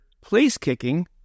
place-kicking